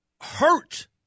hurt